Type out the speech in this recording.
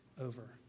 over